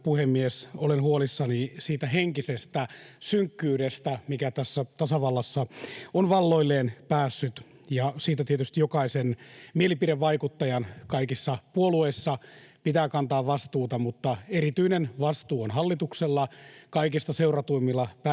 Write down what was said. puhemies, olen huolissani siitä henkisestä synkkyydestä, mikä tässä tasavallassa on valloilleen päässyt. Siitä tietysti jokaisen mielipidevaikuttajan kaikissa puolueissa pitää kantaa vastuuta, mutta erityinen vastuu on hallituksella, kaikista seuratuimmilla päättäjillä,